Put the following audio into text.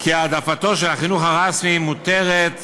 כי העדפתו של החינוך הרשמי מותרת